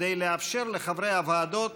כדי לאפשר לחברי הוועדות